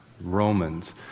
romans